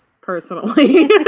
personally